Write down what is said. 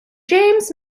james